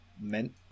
meant